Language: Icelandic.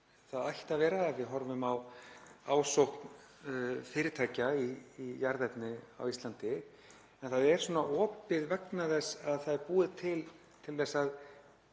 það ætti að vera ef við horfum á ásókn fyrirtækja í jarðefni á Íslandi en það er svona opið vegna þess að það er búið til til að